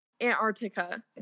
Antarctica